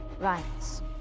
rights